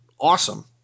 awesome